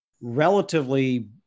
relatively